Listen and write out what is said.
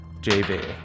JV